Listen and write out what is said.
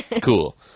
Cool